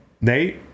Nate